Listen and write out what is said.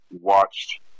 watched